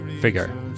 figure